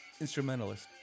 Instrumentalist